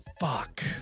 fuck